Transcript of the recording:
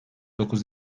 dokuz